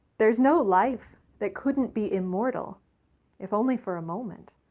there's no life that couldn't be immortal if only for a moment.